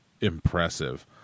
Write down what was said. impressive